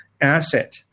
asset